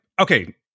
okay